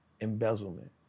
embezzlement